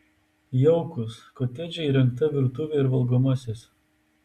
jaukus kotedže įrengta virtuvė ir valgomasis